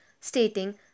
stating